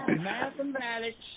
mathematics